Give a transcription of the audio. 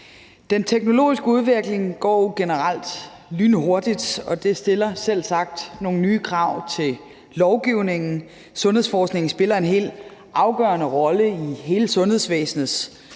Den teknologiske udvikling går jo generelt lynhurtigt, og det stiller selvsagt nogle nye krav til lovgivningen. Sundhedsforskningen spiller en helt afgørende rolle i hele sundhedsvæsenets